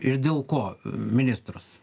ir dėl ko ministrus